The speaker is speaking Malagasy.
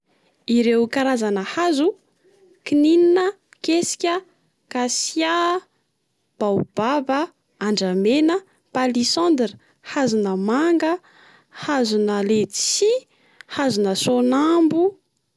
Ireo karazana hazo: kininina, kesika, kasia, baobaba, andramena, palisandra, hazo-nà manga, hazo-nà letchis, hazo-nà soanambo.